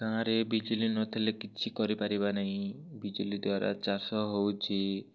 ଗାଁରେ ବିଜୁଳି ନଥିଲେ କିଛି କରିପାରିବା ନାହିଁ ବିଜୁଳି ଦ୍ୱାରା ଚାଷ ହେଉଛି